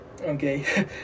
Okay